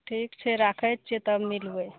ठीक छै राखय छियै तब मिलबय